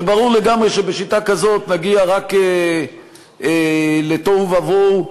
וברור לגמרי שבשיטה כזאת נגיע רק לתוהו ובוהו,